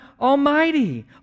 Almighty